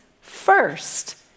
first